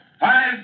Five